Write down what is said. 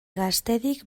gaztedik